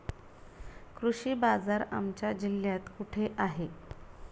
कृषी बाजार आमच्या जिल्ह्यात कुठे आहे?